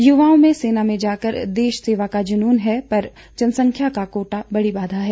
युवाओं में सेना में जाकर देश सेवा का जुनून है पर जनसंख्या का कोटा बड़ी बाधा है